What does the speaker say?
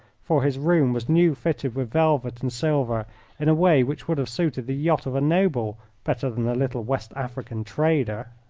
for his room was new-fitted with velvet and silver in a way which would have suited the yacht of a noble better than a little west african trader.